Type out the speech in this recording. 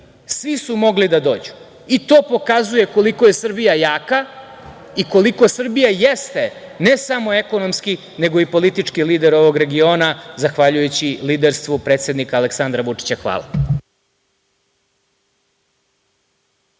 svi su mogli da dođu i to pokazuje koliko je Srbija jaka, i koliko Srbija jeste, ne samo ekonomski, nego i politički lider ovog regiona zahvaljujući liderstvu predsednika Aleksandra Vučića. Hvala.